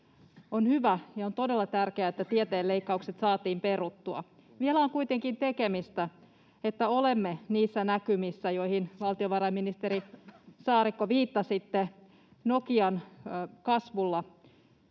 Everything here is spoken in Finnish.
On hyvä ja on todella tärkeää, että tieteen leikkaukset saatiin peruttua. Vielä on kuitenkin tekemistä, että olemme niissä näkymissä, joihin, valtiovarainministeri Saarikko, viittasitte Nokian kasvulla.